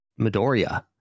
Midoriya